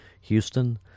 Houston